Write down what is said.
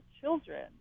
children